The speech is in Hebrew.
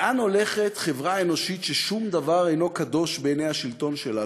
לאן הולכת חברה אנושית ששום דבר אינו קדוש בעיני השלטון שלה,